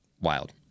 wild